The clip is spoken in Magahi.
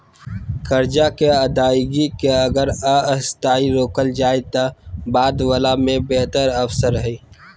कर्जा के अदायगी के अगर अस्थायी रोकल जाए त बाद वला में बेहतर अवसर हइ